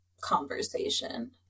conversation